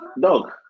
dog